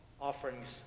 offerings